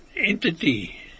Entity